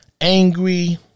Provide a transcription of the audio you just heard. angry